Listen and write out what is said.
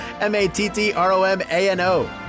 M-A-T-T-R-O-M-A-N-O